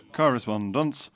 correspondence